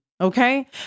Okay